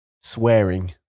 swearing